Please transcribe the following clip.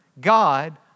God